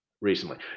recently